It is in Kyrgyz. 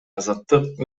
азаттык